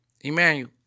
Emmanuel